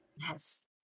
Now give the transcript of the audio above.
Yes